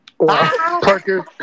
Parker